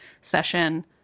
session